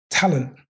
Talent